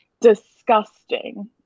Disgusting